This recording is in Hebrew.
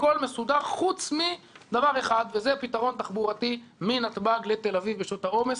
הכול מסודר חוץ מדבר אחד פתרון תחבורתי מנתב"ג לתל אביב בשעות העומס.